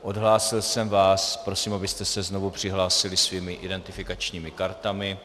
Odhlásil jsem vás, prosím, abyste se znovu přihlásili svými identifikačními kartami.